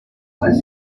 found